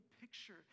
picture